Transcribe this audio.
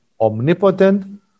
omnipotent